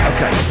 Okay